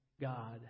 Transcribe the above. god